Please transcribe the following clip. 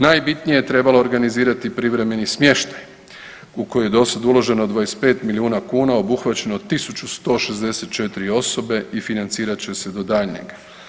Najbitnije je trebalo organizirati privremeni smještaj u koji je dosad uloženo 25 milijuna kuna a obuhvaćeno 164 osobe i financirat će se do daljnjeg.